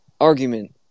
argument